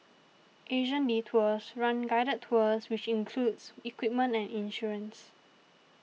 Asian Detours runs guided tours which includes equipment and insurance